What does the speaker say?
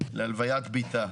להלוויית בתה.